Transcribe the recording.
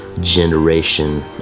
generation